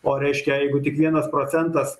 o reiškia jeigu tik vienas procentas